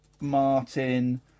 Martin